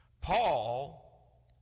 Paul